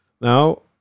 Now